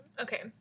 okay